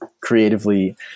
creatively